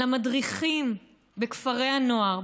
המדריכים בכפרי הנוער,